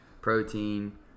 protein